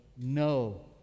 No